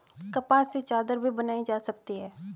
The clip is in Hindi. कपास से चादर भी बनाई जा सकती है